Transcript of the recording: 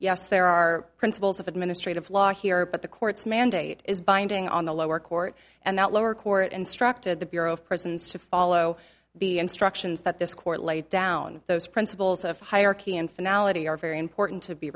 yes there are principles of administrative law here but the court's mandate is binding on the lower court and the lower court and struck to the bureau of prisons to follow the instructions that this court laid down those principles of hierarchy and phonology are very important to be